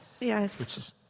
Yes